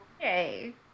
Yay